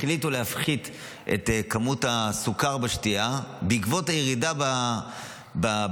החליטו להפחית את כמות הסוכר בשתייה בעקבות הירידה במכירות,